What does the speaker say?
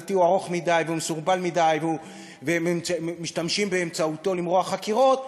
לדעתי הוא ארוך מדי ומסורבל מדי ומשתמשים בו למרוח חקירות,